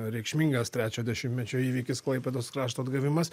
reikšmingas trečio dešimtmečio įvykis klaipėdos krašto atgavimas